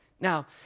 Now